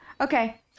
Okay